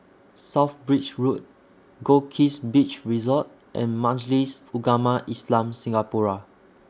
South Bridge Road Goldkist Beach Resort and Majlis Ugama Islam Singapura